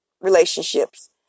relationships